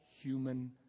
human